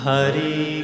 Hari